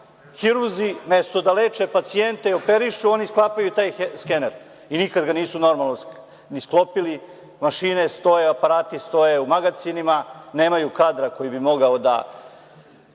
hirurzi umesto da leče pacijente, operišu, oni sklapaju taj skener i nikada ga nisu ni sklopili, mašine stoje, aparati stoje u magacinima, nemaju kadar koji bi mogao da